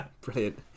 Brilliant